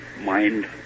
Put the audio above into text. mind